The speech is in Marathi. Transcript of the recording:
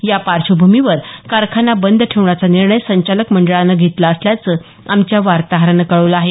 या पार्श्वभूमीवर कारखाना बंद ठेवण्याचा निर्णय संचालक मंडळानं घेतला असल्याचं आमच्या वार्ताहरानं कळवलं आहे